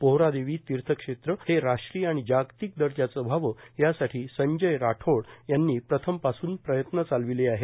पोहरादेवी तीर्थक्षेत्र हे राष्ट्रीय आणि जागतिक दर्जाचे व्हावे यासाठी संजय राठोड यांनी प्रथमपासूनच प्रयत्न चालविले आहेत